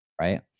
right